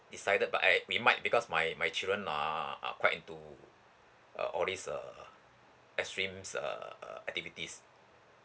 decided but I we might because my my children are are quite into uh all these err extremes err uh activities